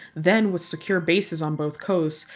then, with secure bases on both coasts.